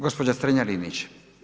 Gospođa Strenja Linić.